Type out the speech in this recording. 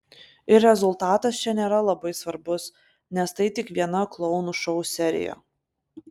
ir rezultatas čia nėra labai svarbus nes tai tik viena klounų šou serija